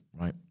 right